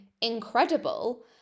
incredible